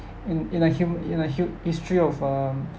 in in a hum in a hu~ history of um